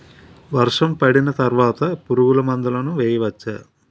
వర్షం పడిన తర్వాత పురుగు మందులను వేయచ్చా?